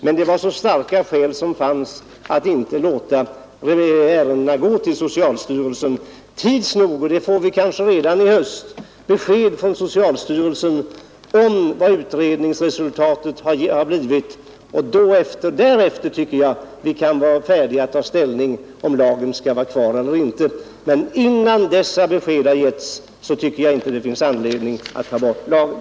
Men starka skäl förelåg för att inte låta ärendena gå till socialstyrelsen. Tids nog — kanske redan i höst — får vi från socialstyrelsen besked om vad utredningsresultatet blivit. Först därefter bör vi kunna ta ställning till om lagen skall vara kvar eller inte. Men innan dessa besked givits tycker jag inte att det finns anledning att ta bort lagen.